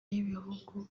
n’ibihugu